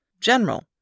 General